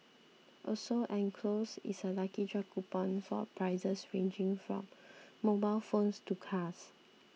also enclosed is a lucky draw coupon for prizes ranging from mobile phones to cars